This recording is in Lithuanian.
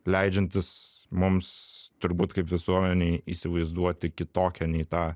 leidžiantis mums turbūt kaip visuomenei įsivaizduoti kitokią nei tą